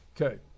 Okay